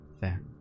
fair